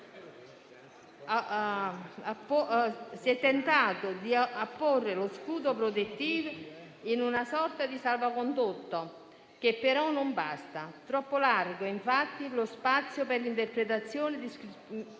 si è tentato di apporre lo scudo protettivo in una sorta di salvacondotto, che però non basta. Troppo largo, infatti, è lo spazio per l'interpretazione discrezionale